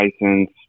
license